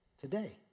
today